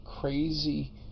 crazy